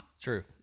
True